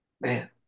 Man